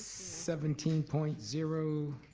seventeen point zero